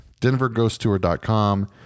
DenverGhostTour.com